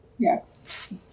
Yes